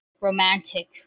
romantic